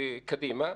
קדימה.